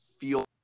feel